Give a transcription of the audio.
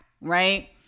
right